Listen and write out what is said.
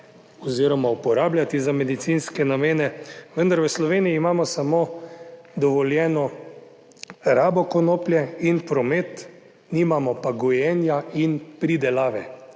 oziroma uporabljati za medicinske namene. Vendar v Sloveniji imamo samo dovoljeno rabo konoplje in promet, nimamo pa gojenja in pridelave,